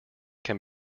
can